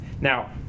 Now